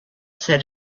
said